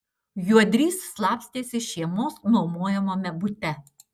juodrys slapstėsi šeimos nuomojamame bute